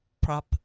prop